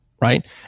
right